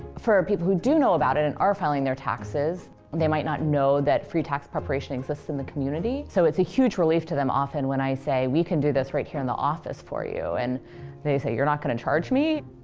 for people who do know about it and are filing their taxes, they might not know that free tax preparation exists in the community. so it's a huge relief to them often when i say, we can do this right here in the office for you. and they say, you're not going to charge me?